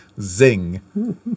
Zing